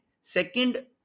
Second